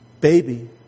baby